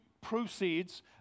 proceeds